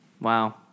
Wow